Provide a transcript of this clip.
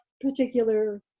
particular